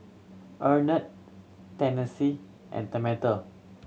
Arnett Tennessee and Tamatha